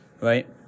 right